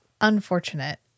unfortunate